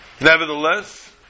Nevertheless